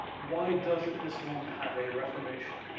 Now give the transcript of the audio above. why doesn't islam have a reformation?